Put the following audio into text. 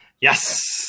Yes